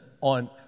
on